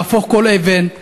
להפוך כל אבן.